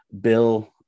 bill